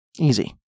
Easy